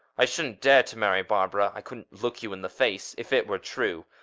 i shouldn't dare to marry barbara i couldn't look you in the face if it were true.